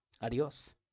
Adiós